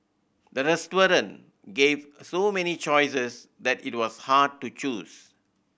the restaurant gave so many choices that it was hard to choose